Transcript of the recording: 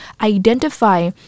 identify